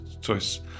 choice